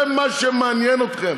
זה מה שמעניין אתכם.